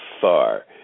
far